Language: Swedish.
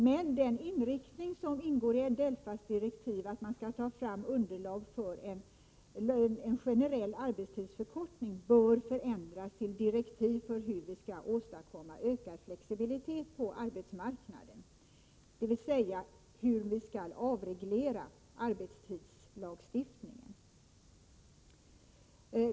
Men den inriktning som ingår i DELFA:s direktiv, nämligen att ta fram underlag för en generell arbetstidsförkortning, bör förändras till direktiv för hur vi skall åstadkomma ökad flexibilitet på arbetsmarknaden, dvs. hur vi skall avreglera arbetstidslagstiftningen.